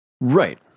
Right